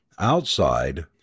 Outside